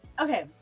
okay